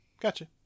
gotcha